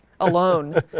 alone